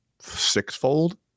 sixfold